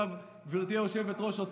(חבר הכנסת סמי אבו שחאדה יוצא מאולם המליאה.) אולי עכשיו,